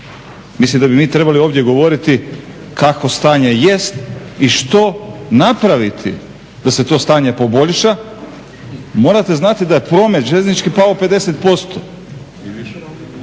Mislim da bi mi trebali ovdje govoriti kakvo stanje jest i što napraviti da se to stanje poboljša. Morate znati da je promet željeznički pao 50%. Znači, evo kažu